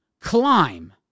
Climb